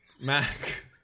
Mac